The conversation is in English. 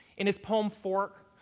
in his poem fork,